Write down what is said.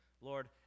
Lord